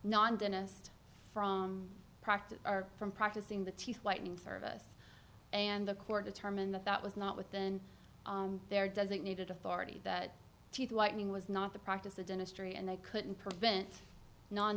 non dentist from practice are from practicing the teeth whitening service and the court determined that that was not within their designated authority that teeth whitening was not the practice of dentistry and they couldn't prevent n